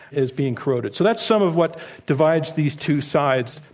is being corroded. so, that's some of what divides these two sides.